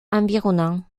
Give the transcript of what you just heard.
environnants